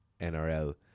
NRL